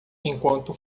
enquanto